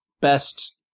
best